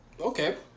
Okay